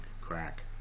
crack